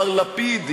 מר לפיד,